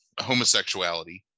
homosexuality